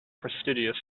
prestigious